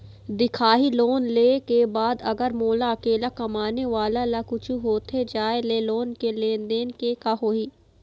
दिखाही लोन ले के बाद अगर मोला अकेला कमाने वाला ला कुछू होथे जाय ले लोन के लेनदेन के का होही?